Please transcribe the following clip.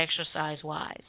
exercise-wise